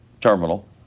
terminal